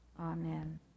Amen